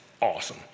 awesome